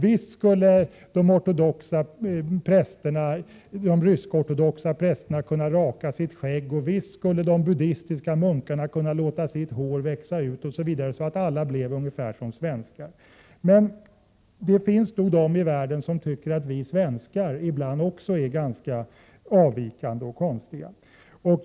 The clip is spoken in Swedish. Visst skulle de rysk-ortodoxa prästerna kunna raka sitt skägg, visst skulle de buddistiska munkarna kunna låta sitt hår växa ut osv., så att alla blev ungefär som svenskar. Men det finns nog de i världen som tycker att vi svenskar ibland också är ganska avvikande och konstiga.